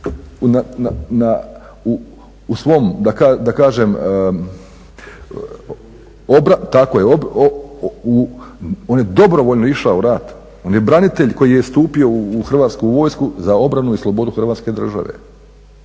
u svom da kažem, on je dobrovoljno išao u rat, on je branitelj koji je stupio u Hrvatsku vojsku za obranu i slobodu Hrvatske države.